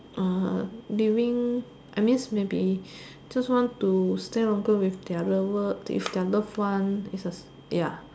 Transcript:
uh during I mean maybe just want to stay longer with their real work with their loved one is a ya